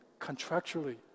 contractually